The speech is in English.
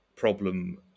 problem